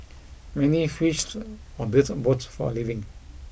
many fished or built boats for a living